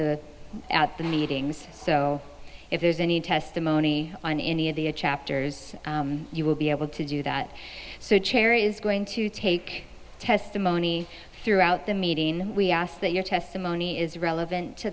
the at the meetings so if there's any testimony on any of the chapters you will be able to do that so the chair is going to take testimony throughout the meeting and we ask that your testimony is relevant to